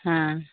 ᱦᱮᱸ